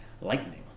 Lightning